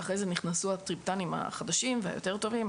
ואחרי זה נכנסו הטריפטנים החדשים והיותר טובים,